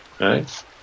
right